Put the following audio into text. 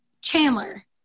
Chandler